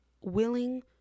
willing